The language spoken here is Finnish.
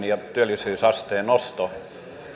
ja työllisyysasteen nosto